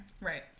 right